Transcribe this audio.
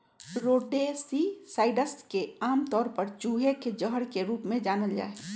rodenticides के आमतौर पर चूहे के जहर के रूप में जानल जा हई